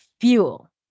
fuel